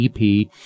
EP